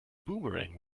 boomerang